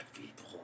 people